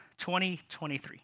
2023